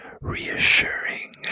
reassuring